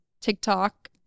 tiktok